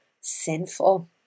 sinful